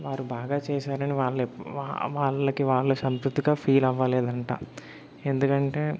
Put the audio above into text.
వారు బాగా చేశారని వాళ్ళెప్ వా వాళ్ళకి వాళ్ళు సంతృప్తిగా ఫీల్ అవ్వలేదంట ఎందుకంటే